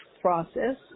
process